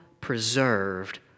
preserved